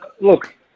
look